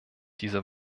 diese